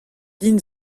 din